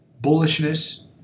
bullishness